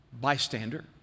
bystander